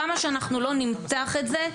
כמה שלא נמתח את זה,